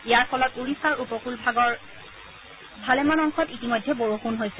ইয়াৰ ফলত ওড়িশাৰ উপকুল ভাগৰ ভালেমান অংশত ইতিমধ্যে বৰষুণ হৈছে